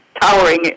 towering